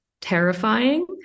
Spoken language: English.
terrifying